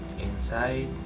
inside